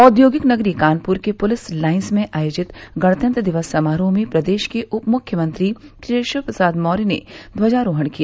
औद्योगिक नगरी कानपुर के पुलिस लाइन्स में आयोजित गणतंत्र दिवस समारोह में प्रदेश के उपमुख्यमंत्री केशव प्रसाद मौर्य ने ध्वजारोहण किया